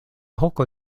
hoko